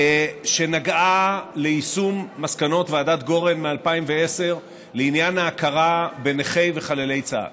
שנגעה ליישום מסקנות ועדת גורן מ-2010 לעניין ההכרה בנכי וחללי צה"ל.